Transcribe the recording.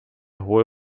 hohe